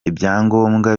ibyangombwa